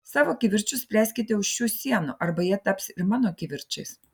savo kivirčus spręskite už šių sienų arba jie taps ir mano kivirčais